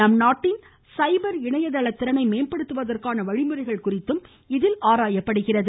நம்நாட்டின் சைபர் இணையதள திறனை மேம்படுத்துவதற்கான வழிமுறைகள் குறித்தும் ஆராயப்படுகிறது